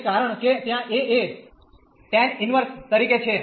એ કારણ કે ત્યાં a એ ટેન ઇન્વર્શ તરીકે છે